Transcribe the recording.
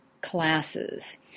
Classes